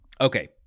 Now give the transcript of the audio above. Okay